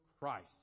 Christ